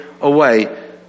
away